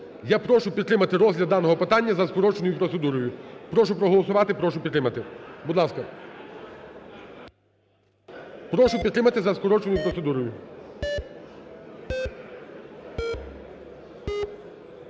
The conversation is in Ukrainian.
Я прошу підтримати розгляд даного питання за скороченою процедурою. Прошу проголосувати, прошу підтримати. Будь ласка. Прошу підтримати за скороченою процедурою.